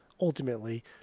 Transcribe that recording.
ultimately